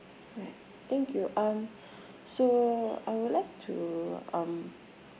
thank you um so I would like to um